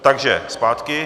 Takže zpátky.